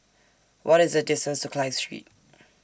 What IS The distance to Clive Street